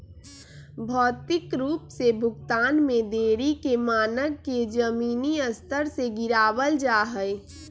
भौतिक रूप से भुगतान में देरी के मानक के जमीनी स्तर से गिरावल जा हई